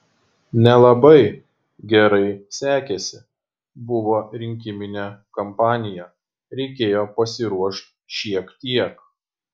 nelabai gerai sekėsi buvo rinkiminė kampanija reikėjo pasiruošt šiek tiek